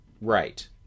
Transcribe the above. right